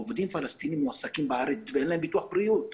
עובדים פלסטינים מועסקים בארץ ואין להם ביטוח בריאות,